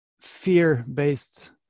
fear-based